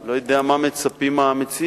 אני לא יודע מה מצפים המציעים.